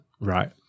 right